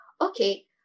okay